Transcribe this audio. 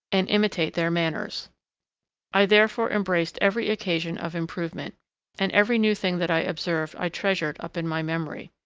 and imitate their manners i therefore embraced every occasion of improvement and every new thing that i observed i treasured up in my memory.